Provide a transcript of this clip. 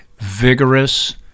vigorous